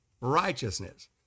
righteousness